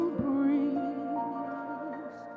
breeze